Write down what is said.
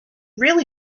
really